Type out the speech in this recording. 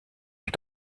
des